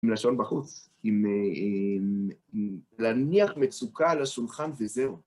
עם לשון בחוץ, עם להניח מצוקה על השולחן וזהו.